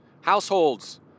Households